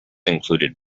included